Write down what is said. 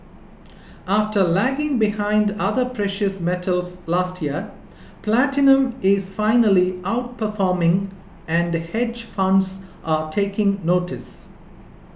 after lagging behind other precious metals last year platinum is finally outperforming and hedge funds are taking notice